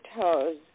toes